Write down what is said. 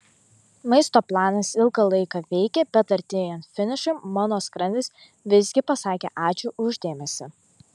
maisto planas ilgą laiką veikė bet artėjant finišui mano skrandis visgi pasakė ačiū už dėmesį